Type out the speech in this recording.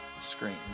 screen